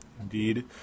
indeed